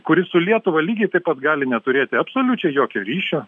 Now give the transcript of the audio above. kuris su lietuva lygiai taip pat gali neturėti absoliučiai jokio ryšio